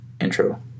intro